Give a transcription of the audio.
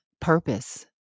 purpose